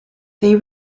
they